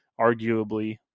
arguably